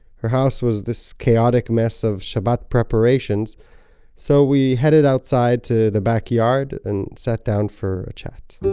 her house was this chaotic mess of shabbat preparations so we headed outside to the backyard and sat down for a chat